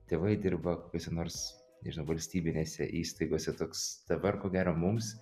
tėvai dirba kokiose nors nežinau valstybinėse įstaigose toks dabar ko gero mums